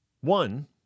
One